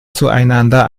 zueinander